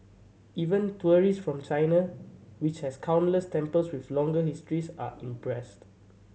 even tourists from China which has countless temples with longer histories are impressed